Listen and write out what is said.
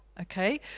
Okay